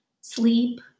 sleep